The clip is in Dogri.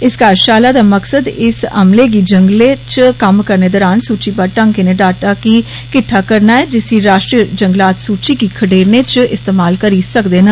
इस कार्यशाला दा मकसद इस अमले गी जंगलें च कम्म करने दौरान सूचीबद्ध ढंगै नै डाटा गी किट्ठा करना ऐ जिसी राष्ट्रीय जंगलात सूची गी खडेरने च इस्तेमाल करी सकदे न